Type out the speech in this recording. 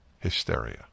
hysteria